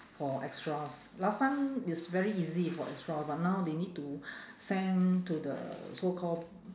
for extras last time it's very easy for extra but now they need to send to the so call